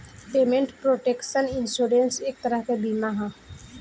payment protection insurance एक तरह के बीमा ह